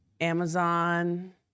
Amazon